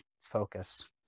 focus